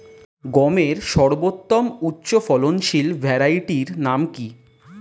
গমের সর্বোত্তম উচ্চফলনশীল ভ্যারাইটি নাম কি?